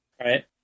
right